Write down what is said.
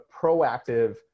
proactive